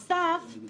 בנוסף,